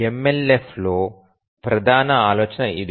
MLFలో ప్రధాన ఆలోచన అదే